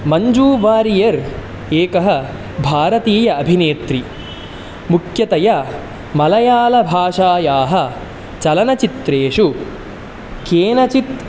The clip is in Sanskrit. मञ्जूवारियर् एकः भारतीयः अभिनेत्री मुख्यतया मलयालभाषायाः चलनचित्रेषु केनचित्